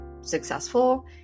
successful